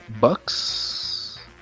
Bucks